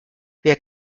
wer